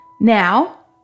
Now